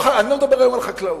אני לא מדבר היום על חקלאות.